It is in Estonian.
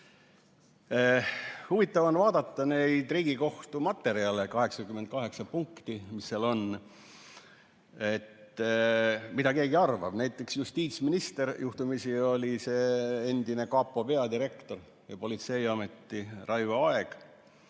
Huvitav on vaadata neid Riigikohtu materjale – 88 punkti, mis seal on –, mida keegi arvab. Näiteks justiitsminister, juhtumisi oli see endine kapo ja politseiameti peadirektor